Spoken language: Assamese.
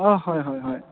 অঁ হয় হয় হয়